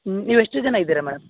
ಹ್ಞೂ ನೀವು ಎಷ್ಟು ಜನ ಇದ್ದೀರ ಮೇಡಮ್